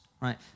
right